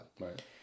Right